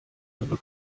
aber